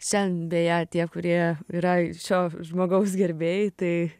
šiandien beje tie kurie yra šio žmogaus gerbėjai tai